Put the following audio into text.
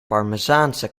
parmezaanse